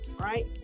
right